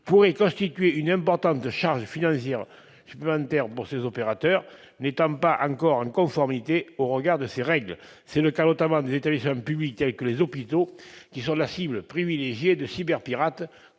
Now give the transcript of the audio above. pourraient constituer une importante charge financière supplémentaire pour les opérateurs concernés, qui ne sont pas encore en conformité au regard de ces règles. C'est le cas notamment des établissements publics, tels que les hôpitaux, qui sont des cibles privilégiées des cyberpirates,